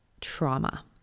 trauma